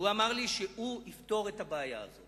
שהוא יפתור את הבעיה הזו.